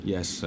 Yes